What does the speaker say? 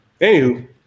Anywho